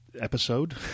episode